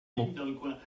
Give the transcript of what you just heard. mot